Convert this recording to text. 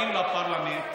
באים לפרלמנט,